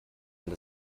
weil